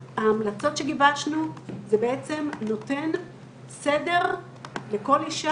הממוגרפיות שהיו עוד לפני שנת 2000. לשמחתנו הטכנולוגיה